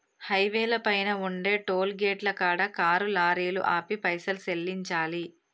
హైవేల పైన ఉండే టోలుగేటుల కాడ కారు లారీలు ఆపి పైసలు సెల్లించాలి